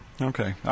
Okay